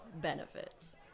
benefits